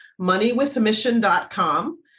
moneywithmission.com